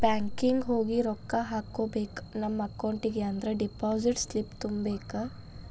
banking ಹೋಗಿ ರೊಕ್ಕ ಹಾಕ್ಕೋಬೇಕ್ ನಮ ಅಕೌಂಟಿಗಿ ಅಂದ್ರ ಡೆಪಾಸಿಟ್ ಸ್ಲಿಪ್ನ ತುಂಬಬೇಕ್